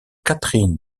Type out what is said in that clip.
catherine